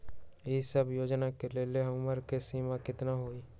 ई सब योजना के लेल उमर के सीमा केतना हई?